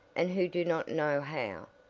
and who do not know how,